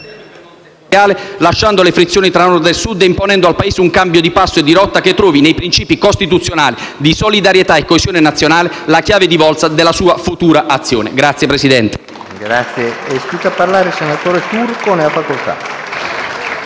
porta le frizioni tra Nord e Sud e imponendo al Paese un cambio di passo e di rotta che trovi nei principi costituzionali di solidarietà e coesione nazionale la chiave di volta della sua futura azione. *(Applausi